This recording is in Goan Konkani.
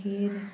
मागीर